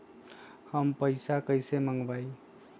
हम पैसा कईसे मंगवाई?